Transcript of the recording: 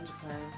Japan